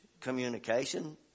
communication